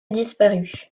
disparu